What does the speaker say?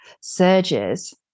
surges